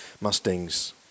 Mustangs